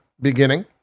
beginning